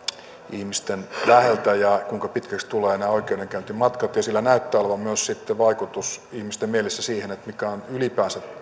ihmisten läheltä ja kuinka pitkiksi tulevat nämä oikeudenkäyntimatkat sillä näyttää olevan myös vaikutus ihmisten mielissä siihen mikä on ylipäänsä